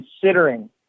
considering